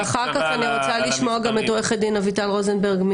ואחר כך אני רוצה לשמוע גם את עורכת הדין אביטל רוזנברג,